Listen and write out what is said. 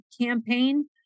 campaign